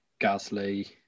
Gasly